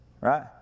right